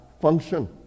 function